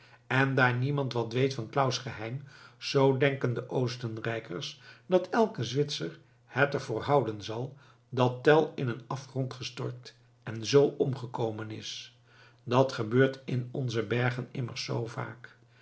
en daar niemand wat weet van claus geheim zoo denken de oostenrijkers dat elke zwitser het er voor houden zal dat tell in een afgrond gestort en zoo omgekomen is dat gebeurt in onze bergen immers zoo vaak